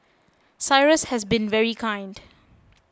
Cyrus has been very kind